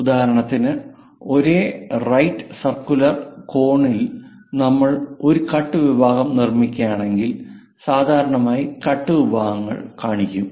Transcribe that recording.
ഉദാഹരണത്തിന് ഒരേ right circular cone ൽ നമ്മൾ ഒരു കട്ട് വിഭാഗം നിർമ്മിക്കുകയാണെങ്കിൽ സാധാരണയായി കട്ട് വിഭാഗങ്ങൾ കാണിക്കും